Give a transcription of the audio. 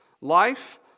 Life